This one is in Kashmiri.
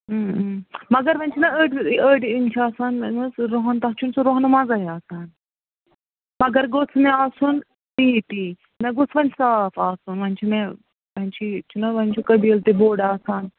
مگر وۅنۍ چھِنا أڑۍ أڑۍ یِم چھِ آسان یِم حظ رۄہن تتھ چھُنہٕ سُہ رۄہنہٕ مَزے آسان مگر گوٚژھ مےٚ آسُن تی تی مےٚ گوٚژھ وۅنۍ صاف آسُن وۅنۍ چھُ مےٚ وۅنۍ چھِی چھُنا وۅنۍ چھُ قٔبیٖلہٕ تہِ بوٚڈ آسان